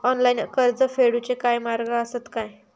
Online कर्ज फेडूचे काय मार्ग आसत काय?